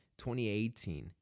2018